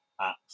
apps